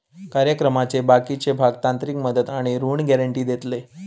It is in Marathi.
कार्यक्रमाचे बाकीचे भाग तांत्रिक मदत आणि ऋण गॅरेंटी देतले